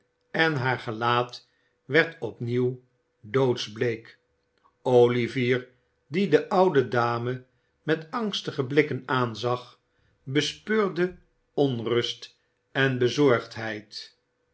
en haar gelaat werd opnieuw doodsbleek olivier die de oude dame met angstige blikken aanzag bespeurde onrust en bezorgdheid